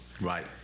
Right